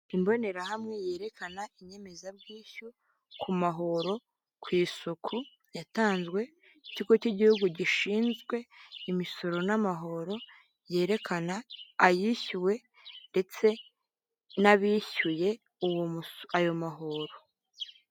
Imbonerahamwe yerekana inyemezabwishyu ku mahoro, ku isuku, yatanzwe n'ikigo cy'igihugu gishinzwe imisoro n'amahoro, yerekana ayishyuwe ndetse n'abishyuye ayo mahoro.